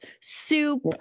soup